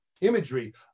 imagery